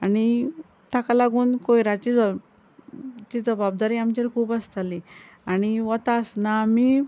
आनी ताका लागून कोयराची जब ची जबाबदारी आमचेर खूब आसताली आनी वता आसतना आमी